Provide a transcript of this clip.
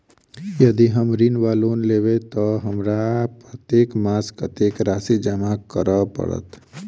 यदि हम ऋण वा लोन लेबै तऽ हमरा प्रत्येक मास कत्तेक राशि जमा करऽ पड़त?